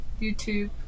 YouTube